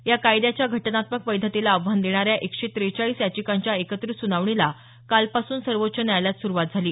या कायद्याच्या घटनात्मक वैधतेला आव्हान देणाऱ्या एकशे त्रेचाळीस याचिकांच्या एकत्रित सुनावणीला कालपासून सर्वोच्च न्यायालयात सुरुवात झाली